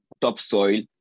topsoil